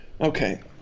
okay